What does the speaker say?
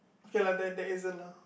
okay lah there there isn't lah